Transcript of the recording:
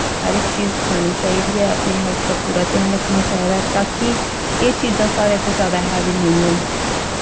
हर इक चीज खानी चाहिदी ऐ अपनी हैल्थ दा पूरा ध्यान रक्खना चाहिदा ताकि एह् चीजां साढ़े उप्पर जादा हाबी नेईं होन